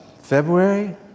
February